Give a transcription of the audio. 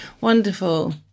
wonderful